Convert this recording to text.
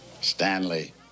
Stanley